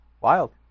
Wild